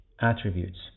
attributes